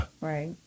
Right